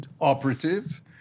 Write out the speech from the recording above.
operative